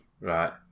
Right